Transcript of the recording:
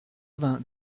vingts